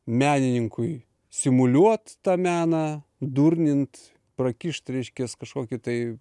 menininkui simuliuot tą meną durnint prakišt reiškias kažkokį tai